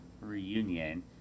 reunion